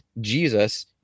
Jesus